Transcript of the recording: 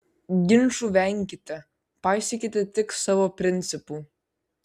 ginčų venkite paisykite tik savo principų